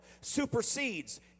supersedes